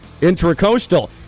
Intracoastal